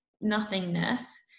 nothingness